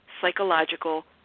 psychological